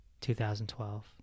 2012